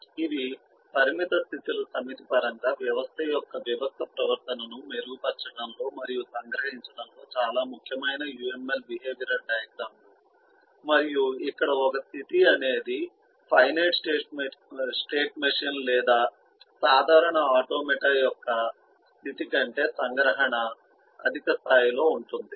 ఇవి పరిమిత స్థితి ల సమితి పరంగా వ్యవస్థ యొక్క వివిక్త ప్రవర్తనను మెరుగుపరచడంలో మరియు సంగ్రహించడంలో చాలా ముఖ్యమైన UML బిహేవియరల్ డయాగ్రమ్ లు మరియు ఇక్కడ ఒక స్థితి అనేది ఫైనైట్ స్టేట్ మెషీన్ లేదా సాధారణ ఆటోమాటా యొక్క స్థితి కంటే సంగ్రహణ అధిక స్థాయిలో ఉంది